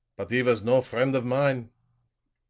but he was no friend of mine.